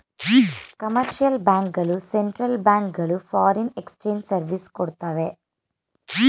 commercial bank ಗಳು central bank ಗಳು foreign exchange service ಕೊಡ್ತವೆ